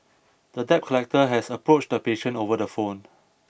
the debt collector had approached the patient over the phone